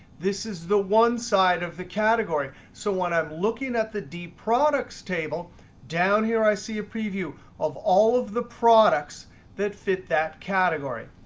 this is the one side of the category. so when i'm looking at the d products table down here, i see a preview of all of the products that fit that category.